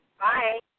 Bye